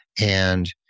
and-